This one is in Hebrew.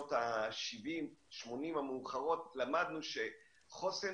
בשנות ה-70 וה-80 המאוחרות למדנו שחוסן